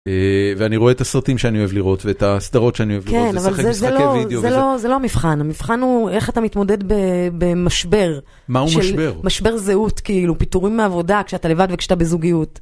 אה... ואני רואה את הסרטים שאני אוהב לראות, ואת הסדרות שאני אוהב לראות, משחק משחקי וידאו, ו... כן, אבל זה... זה לא... זה לא המבחן. המבחן הוא איך אתה מתמודד במשבר. מהו משבר? משבר זהות, כאילו. פיטורים מעבודה, כשאתה לבד וכשאתה בזוגיות.